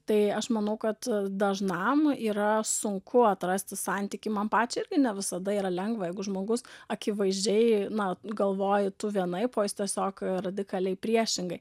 tai aš manau kad dažnam yra sunku atrasti santykį man pačiai irgi ne visada yra lengva jeigu žmogus akivaizdžiai na galvoju tu vienaip o jis tiesiog radikaliai priešingai